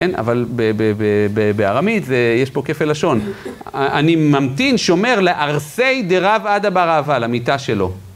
כן, אבל בארמית, יש פה כפח לשון. אני ממתין שומר לארסי דירב עדה ברבה, למיטה שלו.